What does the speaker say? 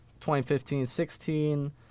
2015-16